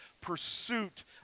pursuit